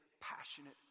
passionate